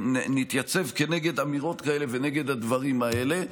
נתייצב כנגד אמירות כאלה ונגד הדברים האלה,